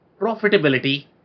profitability